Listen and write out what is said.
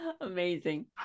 Amazing